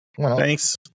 Thanks